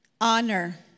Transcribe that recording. Honor